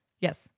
Yes